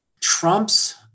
Trump's